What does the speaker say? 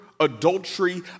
adultery